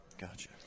Gotcha